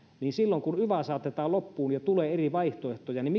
silloin kun yva saatetaan loppuun ja tulee eri vaihtoehtoja niin